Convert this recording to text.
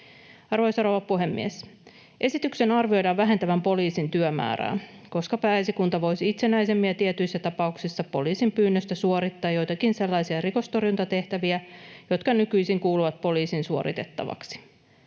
Arvoisa rouva puhemies! Esityksen arvioidaan vähentävän poliisin työmäärää, koska Pääesikunta voisi itsenäisemmin ja tietyissä tapauksissa poliisin pyynnöstä suorittaa joitakin sellaisia rikostorjuntatehtäviä, jotka nykyisin kuuluvat poliisin suoritettavaksi.